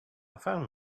found